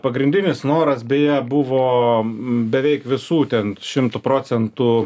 pagrindinis noras beje buvo beveik visų ten šimtu procentų